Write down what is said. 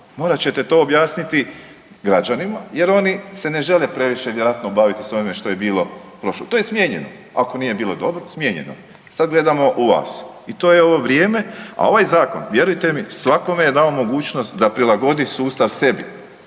Morat ćete to objasniti građanima jer oni se ne žele previše vjerojatno baviti o svemu što je bilo i prošlo, to je smijenjeno. Ako nije bilo dobro smijenjeno je. Sad gledamo u vas i to je vrijeme. A ovaj zakon, vjerujte mi, svakome je dao mogućnost da prilagodi sustav sebi,